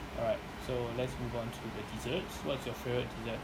alright so let's move on to the desserts what's your favourite dessert